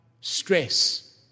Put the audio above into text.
stress